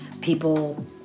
people